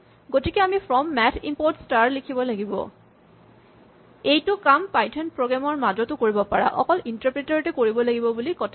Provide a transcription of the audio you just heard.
গতিকে আমি from math import star লিখিব লাগিব এইটো কাম পাইথন প্ৰগ্ৰেম ৰ মাজতো কৰিব পাৰা অকল ইন্টাৰপ্ৰেটাৰ তে কৰিব লাগিব বুলি কথা নাই